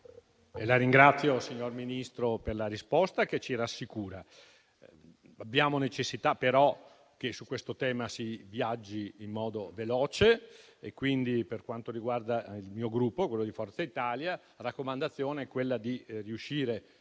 ringrazio il signor Ministro per la risposta che ci rassicura. Abbiamo necessità però che su questo tema si viaggi in modo veloce e quindi, per quanto riguarda il mio Gruppo, Forza Italia, la raccomandazione è di riuscire